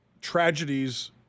tragedies